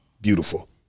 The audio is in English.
beautiful